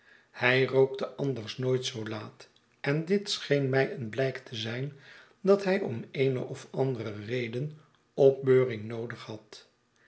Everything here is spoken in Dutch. hij rookte anders nooit zoo laat en ditscheenmij een blijk te zijn dat hij om eene of andere reden opbeuring noodig had